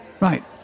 Right